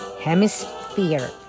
Hemisphere